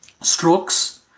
Strokes